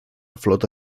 flota